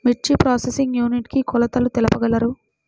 మిర్చి processing unit కి కొలతలు తెలుపగలరు?